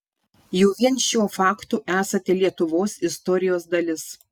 jau vien šiuo faktu esate lietuvos istorijos dalis